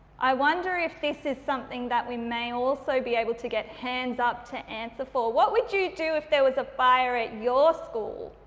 i wonder if this is something that we may also be able to get hands up to answer for? what would you do if there was a fire at your school?